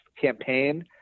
campaign